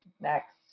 next